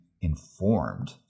informed